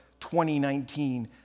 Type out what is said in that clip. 2019